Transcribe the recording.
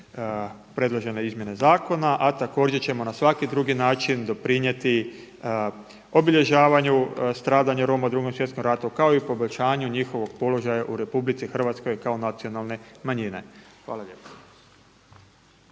predložene izmjene zakona a također ćemo na svaki drugi način doprinijeti obilježavanju stradanju Roma u Drugom svjetskom ratu kao i poboljšanju njihovog položaja u RH kao nacionalne manjine. Hvala lijepa.